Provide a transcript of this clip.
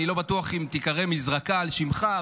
אני לא בטוח אם תיקרא מזרקה על שמך,